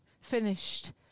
finished